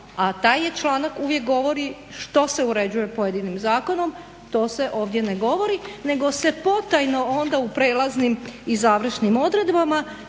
a taj članak uvijek govori što se uređuje pojedinim zakonom to se ovdje ne govori, nego se potajno onda u prelaznim i završnim odredbama